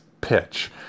pitch